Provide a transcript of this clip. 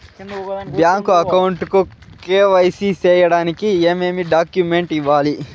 Bank account కు KYC సేయడానికి ఏమేమి డాక్యుమెంట్ ఇవ్వాలి?